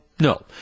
No